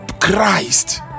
christ